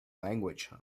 language